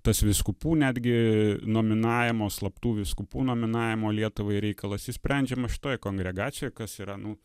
tas vyskupų netgi nominavimo slaptų vyskupų nominavimo lietuvai reikalas išsprendžiamas šitoj kongregacijoj kas yra nu